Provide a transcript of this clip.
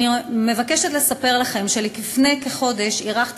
אני מבקשת לספר לכם שלפני כחודש אירחתי